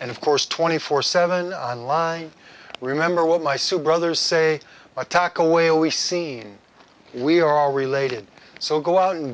and of course twenty four seven on line i remember well my sue brothers say attack away all we seen we are all related so go out and